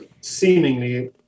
seemingly